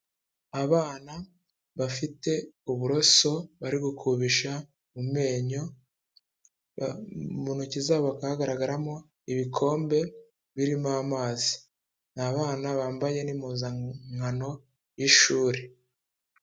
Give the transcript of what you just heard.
Abana bafite uburoso bari gukubisha mu menyo, mu ntoki zabo hakaba hagaragaramo ibikombe birimo amazi, ni abana bambaye n'impuzankano y'ishuri.